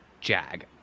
jag